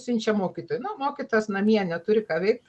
siunčia mokytojai nu mokytojas namie neturi ką veikt